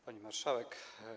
Pani Marszałek!